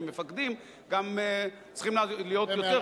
כי מפקדים גם צריכים להיות יותר,